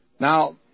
Now